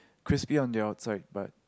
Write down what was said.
crispy on the outside but